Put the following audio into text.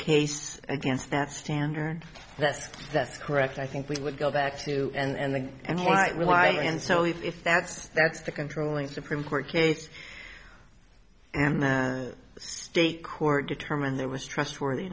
case against that standard that's that's correct i think we would go back to and the and why and so if that's that's the controlling supreme court case and the state court determined there was trustworth